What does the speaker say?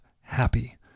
happy